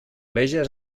veges